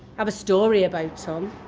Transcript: have a story about so um